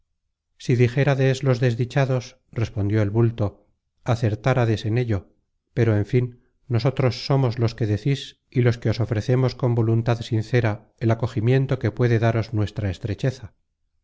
at si dijerades los desdichados respondió el bulto acertarades en ello pero en fin nosotros somos los que decis y los que os ofrecemos con voluntad sincera el acogimiento que puede daros nuestra estrecheza